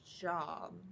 job